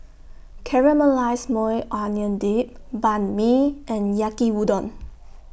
Caramelized Maui Onion Dip Banh MI and Yaki Udon